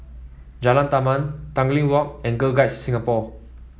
Jalan Taman Tanglin Walk and Girl Guides Singapore